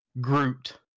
Groot